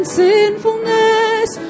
sinfulness